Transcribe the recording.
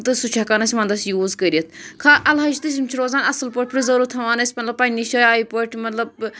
تہٕ سُہ چھِ ہٮ۪کان أسۍ وَنٛدَس یوٗز کٔرِتھ خا اَلہٕ ہَچہِ تہٕ یِم چھِ روزان اَصٕل پٲٹھۍ پِرٛزٔرٕو تھاوان أسۍ مطلب پنٛنہِ جایہِ پٲٹھۍ مطلب